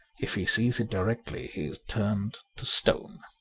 if he sees it directly he is turned to stone.